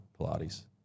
Pilates